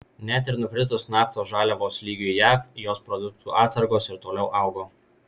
net ir nukritus naftos žaliavos lygiui jav jos produktų atsargos ir toliau augo